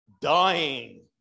dying